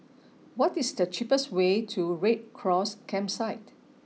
what is the cheapest way to Red Cross Campsite